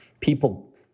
People